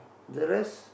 the rest